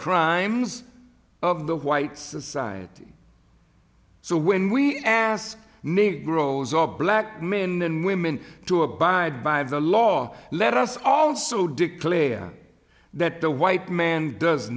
crimes of the white society so when we ask negroes or black men and women to abide by the law let us also declare that the white man does